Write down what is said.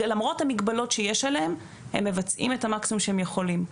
למרות המגבלות שיש עליהם הם מבצעים את המקסימום שהם יכולים.